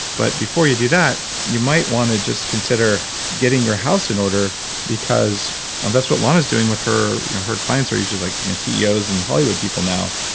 but before you do that, you might want to just consider getting your house in order because that's what lana is doing with her. her clients are usually like ceos and hollywood people now.